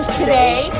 today